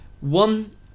one